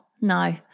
No